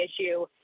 issue